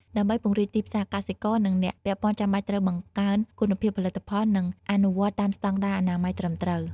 ដើម្បីពង្រីកទីផ្សារ កសិករនិងអ្នកពាក់ព័ន្ធចាំបាច់ត្រូវបង្កើនគុណភាពផលិតផល និងអនុវត្តតាមស្តង់ដារអនាម័យត្រឹមត្រូវ។